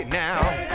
now